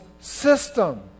system